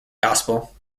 gospel